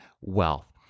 wealth